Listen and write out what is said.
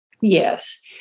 Yes